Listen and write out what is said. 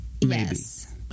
yes